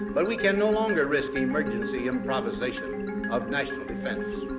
but we can no longer risk the emergency improvisations of national defense.